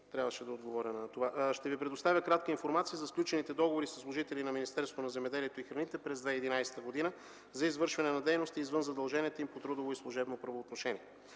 Трябваше да отговоря на въпроса. Ще Ви предоставя кратка информация за сключените договори със служители от Министерството на земеделието и храните през 2011 г. за извършване на дейности извън задълженията им по трудово и служебно правоотношение.